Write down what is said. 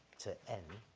to n.